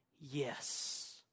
Yes